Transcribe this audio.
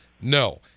No